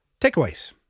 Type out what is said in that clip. Takeaways